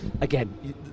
again